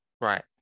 right